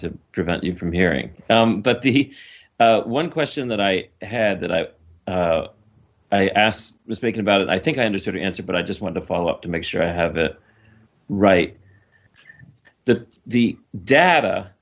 to prevent you from hearing but the one question that i had that i asked the thinking about it i think i understood the answer but i just want to follow up to make sure i have it right that the data